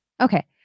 Okay